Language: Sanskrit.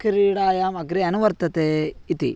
क्रीडायाम् अग्रे अनुवर्तते इति